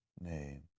name